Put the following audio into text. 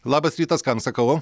labas rytas kam sakau